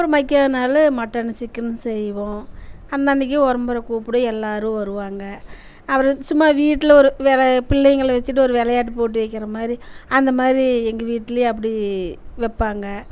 அப்புறம் மக்கா நாள் மட்டனு சிக்கெனு செய்வோம் அந்த அன்றைக்கி உறம்பறை கூப்பிடு எல்லாேரும் வருவாங்க அப்புறம் சும்மா வீட்டில் ஒரு வெள பிள்ளைங்களை வச்சுக்கிட்டு ஒரு விளையாட்டு போட்டி வைக்கிற மாதிரி அந்த மாதிரி எங்கள் வீட்லேயும் அப்படி வைப்பாங்க